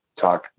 talk